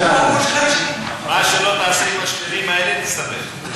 מה שלא תעשה עם השכנים האלה, תסתבך.